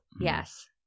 Yes